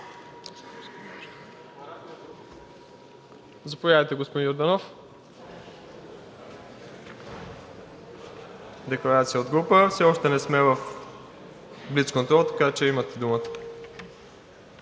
Заповядайте, господин Йорданов – декларация от група. Все още не сме в блицконтрол, така че имате думата.